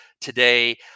today